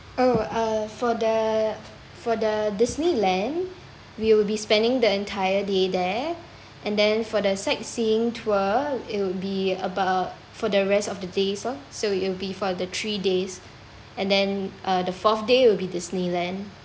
oh uh for the for the disneyland we'll be spending the entire day there and then for the sightseeing tour it'll be about for the rest of the days lor so it'll be for the three days and then uh the fourth day will be disneyland